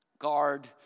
Guard